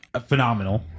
phenomenal